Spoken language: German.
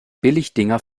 billigdinger